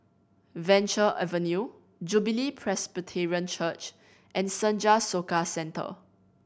Venture Avenue Jubilee Presbyterian Church and Senja Soka Centre